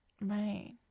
Right